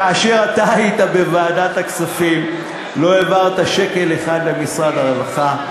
כאשר אתה היית בוועדת הכספים לא העברת שקל אחד למשרד הרווחה,